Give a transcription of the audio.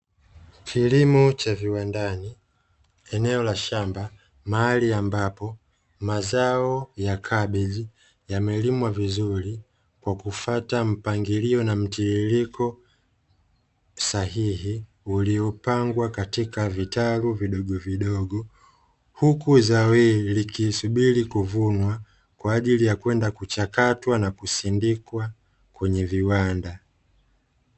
Kilimo cha viwandani eneo la shamba mahali ambapo mazao ya kabeji yamelimwa vizuri kwa kufuata mpangilio na mtiririko sahihi, uliopangwa katika vitalu vidogovidogo, huku zao hili likisubiri kuvunwa kwa ajili ya kwenda kuchakatwa na kusindikwa kwenye viwanda.